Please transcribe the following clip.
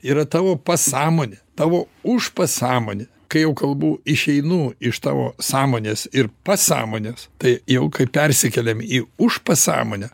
yra tavo pasąmonė tavo už pasąmonė kai jau kalbu išeinu iš tavo sąmonės ir pasąmonės tai jau kai persikeliam į užpasąmonę